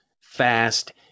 fast